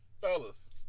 fellas